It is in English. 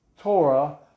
Torah